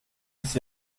des